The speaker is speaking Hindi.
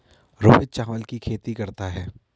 रोहित चावल की खेती करता है